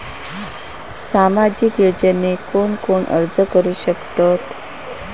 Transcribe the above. सामाजिक योजनेक कोण कोण अर्ज करू शकतत?